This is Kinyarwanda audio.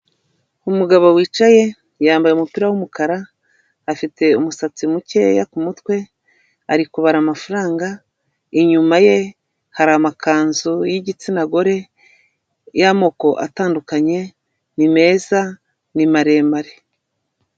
Umugabo wicaye yambaye umupira w'umukara afite umusatsi mukeya ku mutwe ari kubara amafaranga, inyuma ye hari amakanzu y'igitsina gore y'amoko atandukanye ni meza ni maremare.